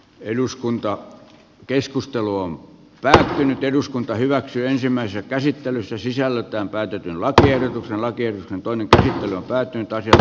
eduskunta keskustelua lähinnä eduskunta hyväksyy ensimmäistä käsittelyssä sisällöltään päädytyn latujen lakien toiminta päättyy tai sitä